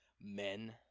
Men